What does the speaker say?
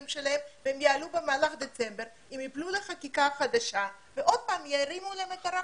שלהם והם יעלו במהלך דצמבר וייפלו לחקיקה חדשה וירימו להם את הרף.